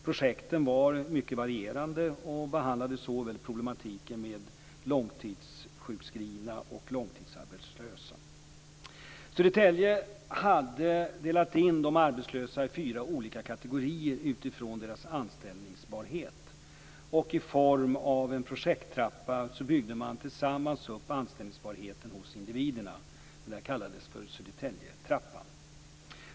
Projekten varierade och behandlade såväl problemen med långtidssjukskrivna som långtidsarbetslösa. Man byggde i form av en projekttrappa tillsammans upp anställningsbarheten hos individerna. Det kallades Södertäljetrappan.